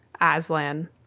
Aslan